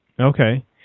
Okay